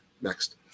Next